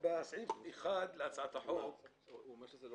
אומר שאחרי ההצבעה אגיש רביזיות על כל ההסתייגויות.